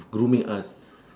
grooming us